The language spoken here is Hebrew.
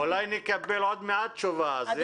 אולי נקבל עוד מעט תשובה לגביה.